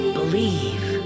Believe